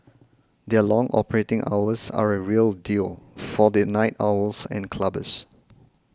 their long operating hours are a real deal for the night owls and clubbers